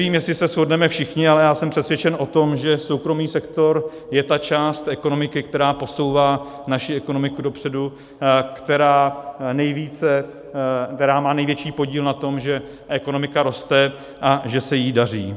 Nevím, jestli se shodneme všichni, ale já jsem přesvědčen o tom, že soukromý sektor je ta část ekonomiky, která posouvá naši ekonomiku dopředu, která má největší podíl na tom, že ekonomika roste a že se jí daří.